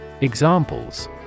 Examples